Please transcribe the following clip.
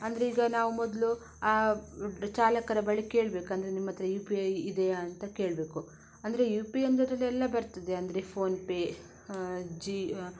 ಅಂದರೆ ಈಗ ನಾವು ಮೊದಲು ಚಾಲಕರ ಬಳಿ ಕೇಳಬೇಕು ಅಂದರೆ ನಿಮ್ಮ ಹತ್ರ ಯು ಪಿ ಐ ಇದೆಯಾ ಅಂತ ಕೇಳಬೇಕು ಅಂದರೆ ಯು ಪಿ ಐ ಅಂದರೆ ಅದೆಲ್ಲ ಬರ್ತದೆ ಅಂದರೆ ಫೋನ್ಪೇ ಜಿ